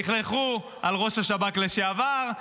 לכלכו על ראש השב"כ לשעבר,